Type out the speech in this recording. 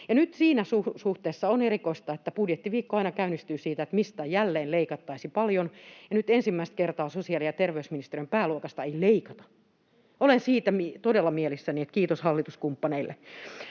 nyt siinä suhteessa on erikoista, että kun budjettiviikko aina käynnistyy sillä, että mistä jälleen leikattaisiin paljon, niin nyt ensimmäistä kertaa sosiaali- ja terveysministeriön pääluokasta ei leikata. Olen siitä todella mielissäni — kiitos hallituskumppaneille.